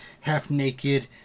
half-naked